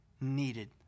needed